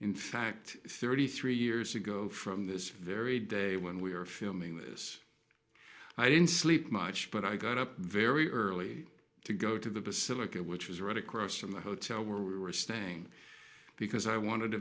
fact thirty three years ago from this very day when we were filming this i didn't sleep much but i got up very early to go to the basilica which was right across from the hotel where we were staying because i wanted to